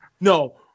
No